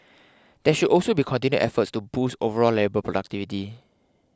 there should also be continued efforts to boost overall labour productivity